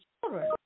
children